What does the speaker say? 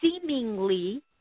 seemingly